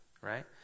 Right